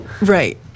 Right